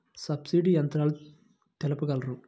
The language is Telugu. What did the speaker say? సబ్సిడీ యంత్రాలు తెలుపగలరు?